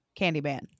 Candyman